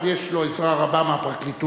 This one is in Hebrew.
אבל יש לו עזרה רבה מהפרקליטות,